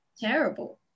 terrible